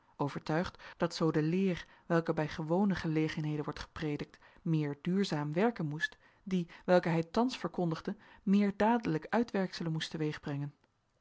overtuigd dat zoo de leer welke bij gewone gelegenheden wordt gepredikt meer duurzaam werken moest die welke hij thans verkondigde meer dadelijk uitwerkselen moest